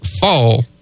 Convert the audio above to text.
fall